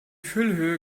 füllhöhe